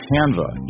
Canva